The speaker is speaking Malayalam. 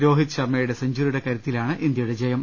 രോഹിത് ശർമ്മയുടെ സെഞ്ചുറിയുടെ കരുത്തിലാണ് ഇന്ത്യയുടെ ജയം